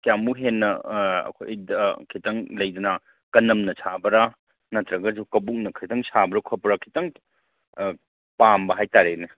ꯀꯌꯥꯃꯨꯛ ꯍꯦꯟꯅ ꯑꯩꯈꯣꯏꯗ ꯈꯤꯇꯪ ꯂꯩꯗꯅ ꯀꯅꯝꯅ ꯁꯥꯕ꯭ꯔꯥ ꯅꯠꯇ꯭ꯔꯒꯁꯨ ꯀꯧꯕꯨꯝꯅ ꯈꯇꯪ ꯁꯥꯕ꯭ꯔꯥ ꯈꯣꯠꯄ꯭ꯔ ꯈꯤꯇꯪ ꯄꯥꯝꯕ ꯍꯥꯏꯇꯥꯔꯦꯅꯦ